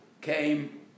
came